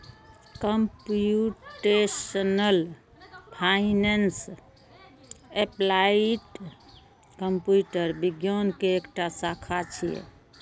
computational finance applied computer विज्ञान के एकटा शाखा छियै